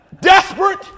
Desperate